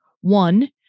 One